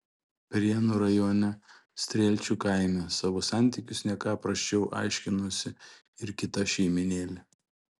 prienų rajone strielčių kaime savo santykius ne ką prasčiau aiškinosi ir kita šeimynėlė